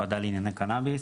הוועדה לענייני קנאביס.